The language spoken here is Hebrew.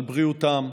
על בריאותם,